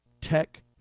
tech